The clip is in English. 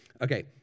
Okay